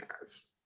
guys